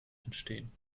entstehen